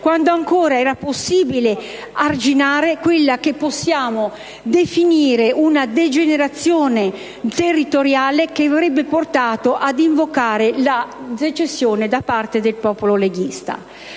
quando ancora era possibile arginare quella che possiamo definire una degenerazione territoriale che avrebbe portato ad invocare la secessione da parte del popolo leghista.